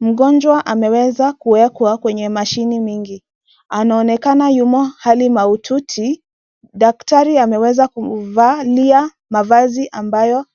Mgonjwa ameweza kuwekwa kwenye mashine mingi, anaonekana yumo hali mahututi. Daktari ameweza kuvalia mavazi ambayo